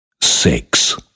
six